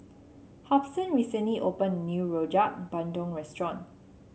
Hobson recently opened a new Rojak Bandung restaurant